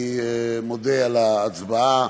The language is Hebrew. אני מודה על ההצבעה